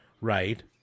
right